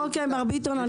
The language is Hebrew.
אוקיי, מר ביטון.